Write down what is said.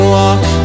walk